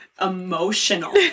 emotional